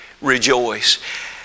rejoice